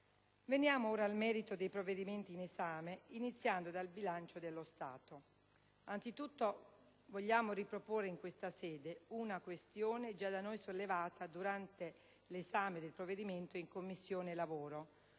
Veniamo ora al merito dei provvedimenti in esame, iniziando dal bilancio dello Stato. Anzitutto vogliamo riproporre in questa sede una questione già da noi sollevata durante l'esame del provvedimento in 11a Commissione e